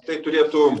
tai turėtų